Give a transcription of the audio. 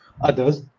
others